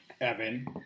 Evan